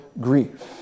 grief